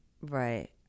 right